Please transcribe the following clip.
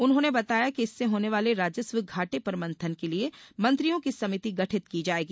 उन्होंने बताया कि इससे होने वाले राजस्व घाटे पर मंथन के लिये मंत्रियों की समिति गठित की जायेगी